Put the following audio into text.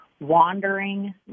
wandering